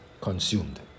consumed